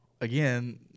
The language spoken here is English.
again